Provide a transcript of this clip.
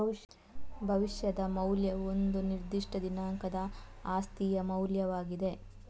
ಭವಿಷ್ಯದ ಮೌಲ್ಯವು ಒಂದು ನಿರ್ದಿಷ್ಟ ದಿನಾಂಕದ ಆಸ್ತಿಯ ಮೌಲ್ಯವಾಗಿದೆ